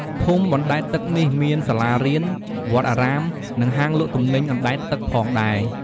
ភូមិបណ្ដែតទឹកនេះមានសាលារៀន វត្តអារាម និងហាងលក់ទំនិញអណ្ដែតទឹកផងដែរ។